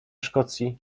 szkocji